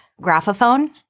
Graphophone